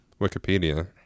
Wikipedia